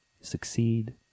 succeed